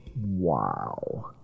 Wow